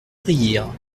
rire